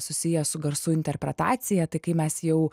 susijęs su garsų interpretacija tai kai mes jau